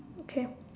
okay